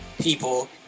people